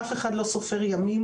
אף אחד לא סופר ימים,